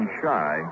shy